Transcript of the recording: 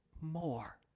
more